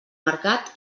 mercat